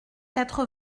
quatre